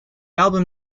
album